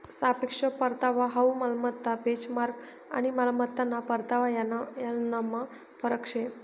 सापेक्ष परतावा हाउ मालमत्ता बेंचमार्क आणि मालमत्ताना परतावा यानमा फरक शे